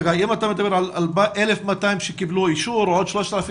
חגי אם אתה מדבר על 1,200 שקיבלו אישור או עוד 3,500